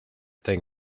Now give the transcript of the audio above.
thing